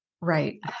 Right